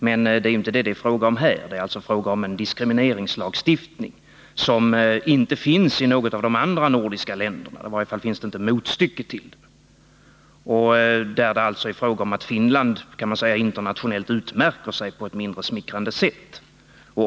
Men här är det fråga om en diskrimineringslagstiftning som det inte finns något motstycke till i de andra nordiska länderna, där Finland alltså utmärker sig internationellt på ett mindre smickrande sätt.